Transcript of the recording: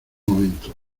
momento